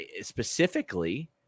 specifically